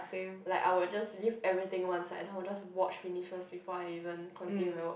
like I will just leave everything one side and then I will just watch finish first before I even continue with my work